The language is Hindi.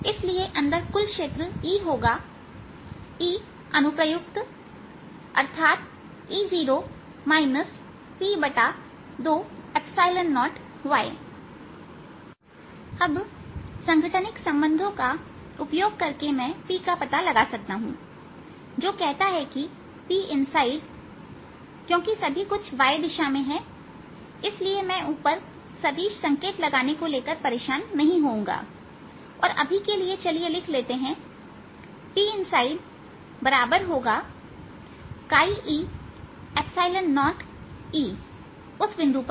इसलिए अंदर कुल क्षेत्र E होगा E लागू किया गया है अर्थात E0 P20y अब संघटनिक संबंधों का उपयोग करके मैं P का पता लगा सकता हूं जो कहता है कि अंदर P क्योंकि सभी कुछ y दिशा में है इसलिए मैं ऊपर सदिश संकेत लगाने के लिए परेशान नहीं होऊंगा और अभी के लिए चलिए लिख लेते हैं P इनसाइड बराबर होगा e0Eउस बिंदु पर